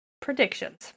predictions